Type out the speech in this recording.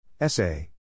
Essay